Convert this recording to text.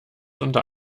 unter